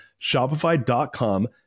Shopify.com